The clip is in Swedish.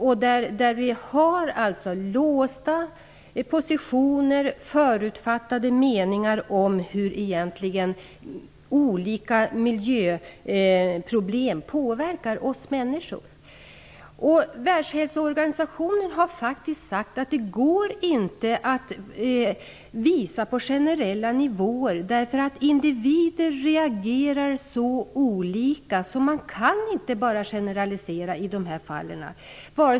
Positionerna är låsta, och det finns förutfattade meningar om hur olika miljöproblem påverkar oss människor. Världshälsoorganisationen har faktiskt sagt att det inte går att visa på generella effekter, eftersom individer reagerar så olika. Man kan inte bara generalisera i dessa fall.